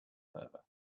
fervor